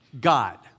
God